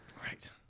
Right